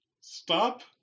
Stop